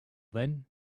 then